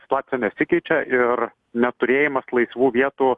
situacija nesikeičia ir neturėjimas laisvų vietų